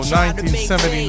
1979